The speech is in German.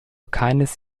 keines